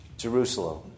Jerusalem